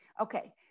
Okay